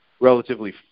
relatively